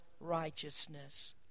righteousness